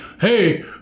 Hey